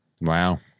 Wow